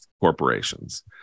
corporations